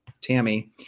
Tammy